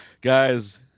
guys